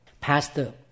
Pastor